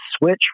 switch